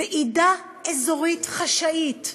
ועידה אזורית חשאית,